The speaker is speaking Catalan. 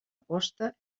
aposta